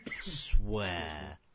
swear